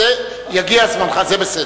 אז יגיע זמנך, זה בסדר.